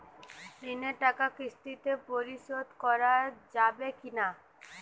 ঋণের টাকা কিস্তিতে পরিশোধ করা যাবে কি না?